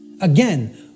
Again